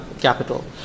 capital